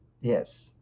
Yes